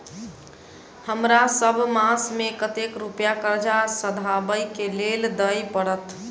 हमरा सब मास मे कतेक रुपया कर्जा सधाबई केँ लेल दइ पड़त?